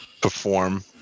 perform